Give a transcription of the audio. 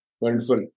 Wonderful